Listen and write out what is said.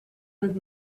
with